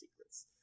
secrets